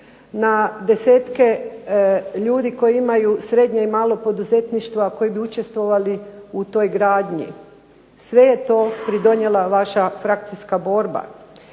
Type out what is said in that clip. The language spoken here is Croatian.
na desetke ljudi koji imaju srednje i malo poduzetništvo, a koji bi učestvovali u toj gradnji. Sve je to pridonijela vaša frakcijska borba.